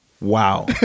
wow